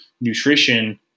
nutrition